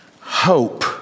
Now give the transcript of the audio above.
hope